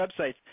websites